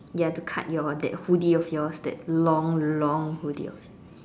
ya to cut your that hoodie of yours that long long hoodie